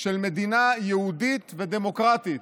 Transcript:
של מדינה יהודית ודמוקרטית,